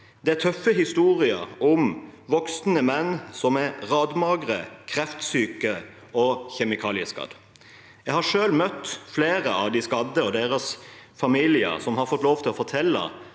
Det er tøffe historier om voksne menn som er radmagre, kreftsyke og kjemikalieskadd. Jeg har selv møtt flere av de skadde og deres familier, som har fått lov til å fortelle